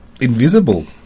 invisible